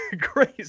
Crazy